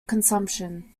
consumption